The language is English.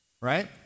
right